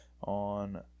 on